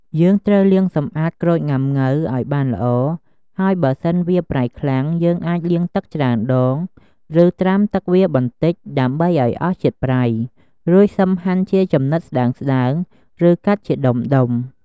យើងត្រូវលាងសម្អាតក្រូចងុាំង៉ូវឱ្យបានល្អ ហើយបើសិនវាប្រៃខ្លាំង យើងអាចលាងទឹកច្រើនដង ឬត្រាំទឹកវាបន្តិចដើម្បីឱ្យអស់ជាតិប្រៃ រួចសឹមហាន់ជាចំណិតស្តើងៗ ឬកាត់ជាដុំៗ។